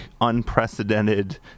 unprecedented